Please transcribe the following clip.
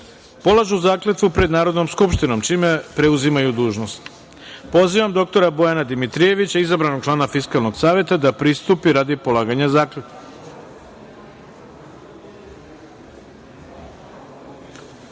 polažu zakletvu pred Narodnom skupštinom, čime preuzimaju dužnost. Pozivam dr Bojana Dimitrijevića, izabranog člana Fiskalnog saveta, da pristupi radi polaganja